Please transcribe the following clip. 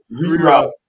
Reroute